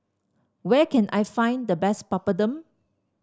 where can I find the best Papadum